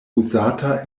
uzata